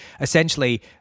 essentially